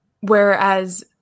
Whereas